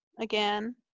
again